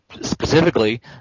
specifically